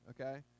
Okay